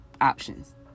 options